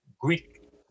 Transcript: Greek